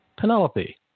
Penelope